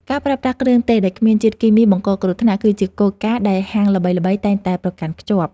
ការប្រើប្រាស់គ្រឿងទេសដែលគ្មានជាតិគីមីបង្កគ្រោះថ្នាក់ គឺជាគោលការណ៍ដែលហាងល្បីៗតែងតែប្រកាន់ខ្ជាប់។